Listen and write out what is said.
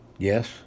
Yes